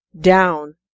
down